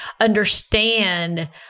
understand